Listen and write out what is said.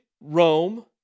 Rome